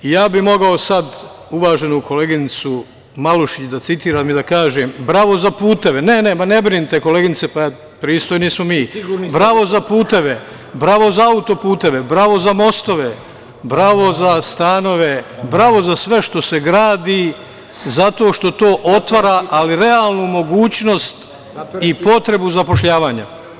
Sada bih mogao uvaženu koleginicu Malušić da citiram i da kažem - bravo za puteve, ne, ne, ne brinite koleginice, pristojni smo mi, bravo za puteve, bravo za auto-puteve, bravo za mostove, bravo za stanove, bravo za sve što se gradi, zato što to otvara ali realnu mogućnost i potrebu zapošljavanja.